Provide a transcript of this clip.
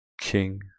King